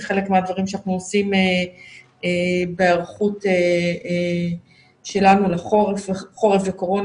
זה חלק מהדברים שאנחנו עושים בהיערכות שלנו לחורף וקורונה.